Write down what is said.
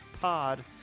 pod